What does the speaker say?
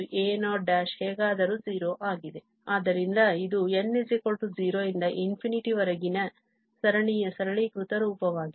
ಆದ್ದರಿಂದ ಇದು n1 ರಿಂದ ∞ ವರೆಗಿನ ಸರಣಿಯ ಸರಳೀಕೃತ ರೂಪವಾಗಿದೆ